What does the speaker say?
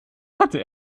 hatte